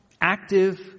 active